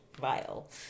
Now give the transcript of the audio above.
vile